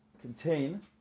contain